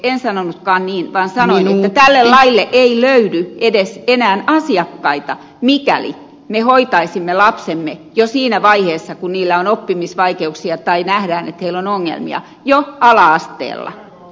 en sanonut niin vaan sanoin että tälle laille ei enää edes löytyisi asiakkaita mikäli me hoitaisimme lapsemme jo siinä vaiheessa kun heillä on oppimisvaikeuksia tai nähdään että heillä on ongelmia jo ala asteella